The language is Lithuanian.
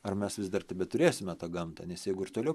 ar mes vis dar tebeturėsime tą gamtą nes jeigu ir toliau